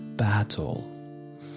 Battle